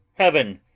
heaven,